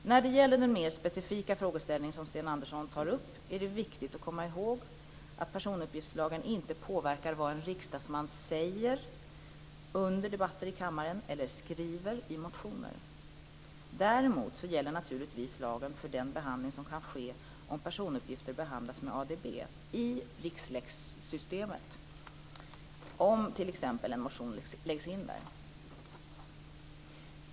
När det gäller den mer specifika frågeställning som Sten Andersson tar upp är det viktigt att komma ihåg att personuppgiftslagen inte påverkar vad en riksdagsman säger under debatter i kammaren eller skriver i motioner. Däremot gäller naturligtvis lagen för den behandling som kan ske om personuppgifter behandlas med ADB i Rixlex-systemet, om t.ex. en motion läggs in där.